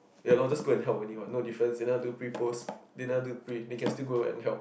ya lor just go and help only what no difference and I'm do pre post didn't I do pre they can still go and help